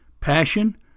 passion